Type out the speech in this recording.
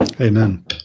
Amen